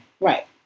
Right